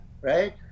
right